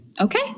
okay